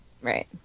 right